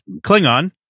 Klingon